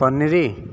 paneer